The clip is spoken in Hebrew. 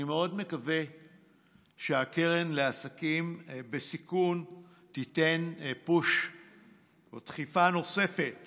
אני מאוד מקווה שהקרן לעסקים בסיכון תיתן פוש או דחיפה נוספת